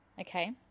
Okay